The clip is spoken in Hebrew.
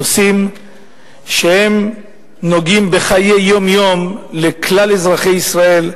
הנושאים שנוגעים בחיי היום-יום של כלל אזרחי ישראל,